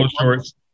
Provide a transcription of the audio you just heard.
shorts